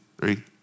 three